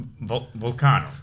Volcano